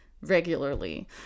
regularly